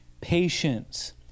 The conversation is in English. patience